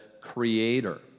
creator